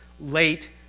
late